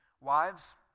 wives